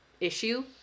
issue